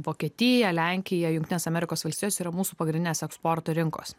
vokietija lenkija jungtines amerikos valstijos yra mūsų pagrindinės eksporto rinkos